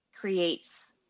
creates